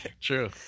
True